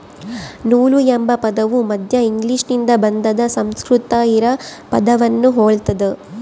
ನೂಲು ಎಂಬ ಪದವು ಮಧ್ಯ ಇಂಗ್ಲಿಷ್ನಿಂದ ಬಂದಾದ ಸಂಸ್ಕೃತ ಹಿರಾ ಪದವನ್ನು ಹೊಲ್ತದ